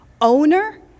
owner